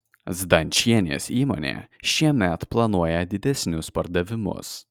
zdančienės įmonė šiemet planuoja didesnius pardavimus